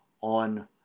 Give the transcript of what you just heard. on